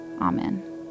Amen